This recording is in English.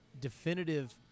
definitive